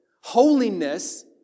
Holiness